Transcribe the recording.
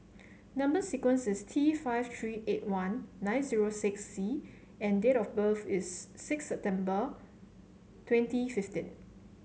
number sequence is T five three eight one nine zero six C and date of birth is six September twenty fifteen